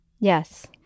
Yes